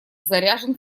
заряжен